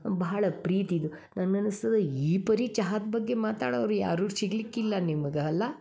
ಬಹಳ ಪ್ರೀತಿದು ನನ್ನ ಅನಸ್ತದ ಈ ಪರಿ ಚಹಾದ ಬಗ್ಗೆ ಮಾತಾಡೋರು ಯಾರು ಸಿಗ್ಲಿಕ್ಕಿಲ್ಲ ನಿಮಗೆ ಅಲ್ಲಾ